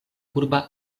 urba